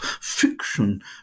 fiction